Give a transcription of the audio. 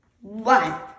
One